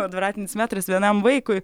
kvadratinis metras vienam vaikui